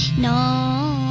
no